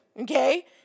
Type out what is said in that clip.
okay